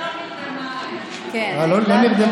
היא לא נרדמה, אה, לא נרדמה עדיין?